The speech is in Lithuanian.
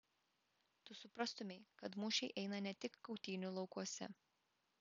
tu suprastumei kad mūšiai eina ne tik kautynių laukuose